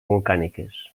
volcàniques